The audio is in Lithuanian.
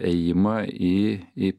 ėjimą į į